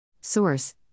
Source